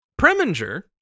Preminger